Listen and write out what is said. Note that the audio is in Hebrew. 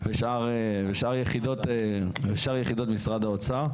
ושאר יחידות משרד האוצר.